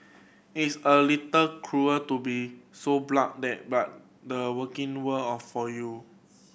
it's a little cruel to be so blunt that but the working world all for you